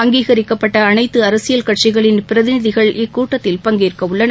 அங்கீகரிக்கப்பட்ட அனைத்து அரசியல் கட்சிகளின் பிரதிநிதிகள் இக்கூட்டத்தில் பங்கேற்க உள்ளனர்